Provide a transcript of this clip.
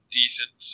decent